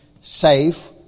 safe